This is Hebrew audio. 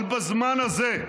אבל בזמן הזה,